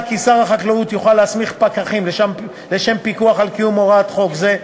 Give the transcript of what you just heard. מוצע כי שר החקלאות יוכל להסמיך פקחים לשם פיקוח על קיום הוראות חוק זה.